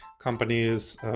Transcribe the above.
companies